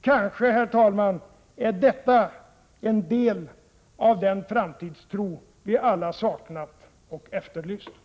Kanske, herr talman, är detta en del av den framtidstro vi alla saknat och efterlyst.